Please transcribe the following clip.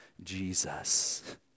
Jesus